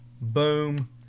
Boom